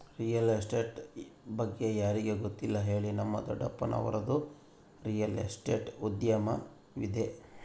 real estate ಬಗ್ಗೆ ಯಾರಿಗೆ ಗೊತ್ತಿಲ್ಲ ಹೇಳಿ, ನಮ್ಮ ದೊಡ್ಡಪ್ಪನವರದ್ದು ರಿಯಲ್ ಎಸ್ಟೇಟ್ ಉದ್ಯಮವಿದೆ